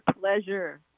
Pleasure